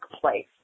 place